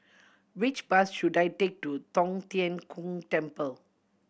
which bus should I take to Tong Tien Kung Temple